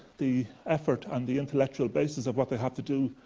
the effort and the intellectual basis of what they have to do,